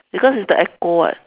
because it's the echo [what]